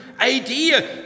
idea